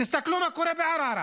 תסתכלו מה קורה בערערה